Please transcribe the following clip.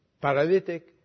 paralytic